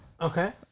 Okay